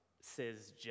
says